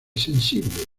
sensible